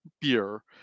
beer